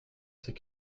c’est